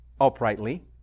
uprightly